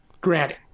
granted